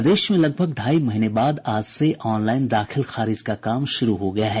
प्रदेश में लगभग ढाई महीने बाद आज से ऑनलाईन दाखिल खारिज का काम शुरू हो गया है